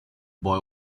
boy